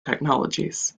technologies